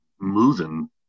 moving